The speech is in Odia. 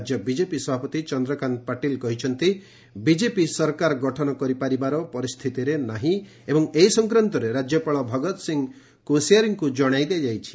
ରାଜ୍ୟ ବିଜେପି ସଭାପତି ଚନ୍ଦ୍ରକାନ୍ତ ପାଟିଲ୍ କହିଛନ୍ତି ବିଜେପି ସରକାର ଗଠନ କରିପାରିବାର ପରିସ୍ଥିତିରେ ନାହିଁ ଏବଂ ଏ ସଂକ୍ରାନ୍ତରେ ରାଜ୍ୟପାଳ ଭଗତ୍ ସିଂ କୋଶିୟାରିଙ୍କ ଜଣାଇ ଦିଆଯାଇଛି